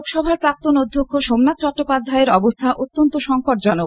লোকসভার প্রাক্তন অধ্যক্ষ সোমনাথ চট্টোপাধ্যায়ের অবস্থা অত্যন্ত সঙ্কটজনক